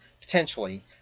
potentially